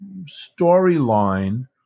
storyline